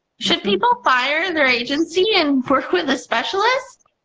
should people fire their agency and work with a specialist?